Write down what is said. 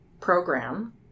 program